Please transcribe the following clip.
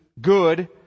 good